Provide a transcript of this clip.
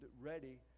ready